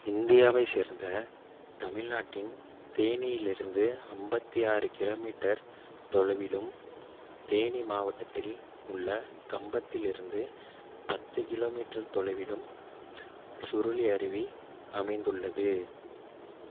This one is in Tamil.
இந்தியாவைச் சேர்ந்த தமிழ்நாட்டின் தேனியில் இருந்து ஐம்பத்தி ஆறு கிலோமீட்டர் தொலைவிலும் தேனி மாவட்டத்தில் உள்ள கம்பத்தில் இருந்து பத்து கிலோமீட்டர் தொலைவிலும் சுருளி அருவி அமைந்துள்ளது